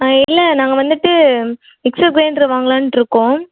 இல்லை நாங்கள் வந்துகிட்டு மிக்ஸர் கிரைண்ட்ரு வாங்கலான்டுருக்கோம்